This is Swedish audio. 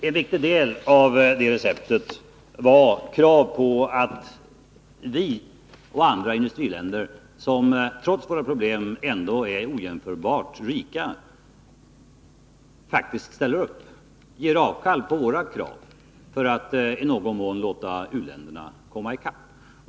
En viktig del av detta recept var kravet på att vi och andra industriländer, som trots våra problem ändå är ojämförbart rika, faktiskt ställer upp och ger avkall på våra krav för att i någon mån låta u-länderna komma i kapp.